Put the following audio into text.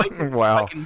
Wow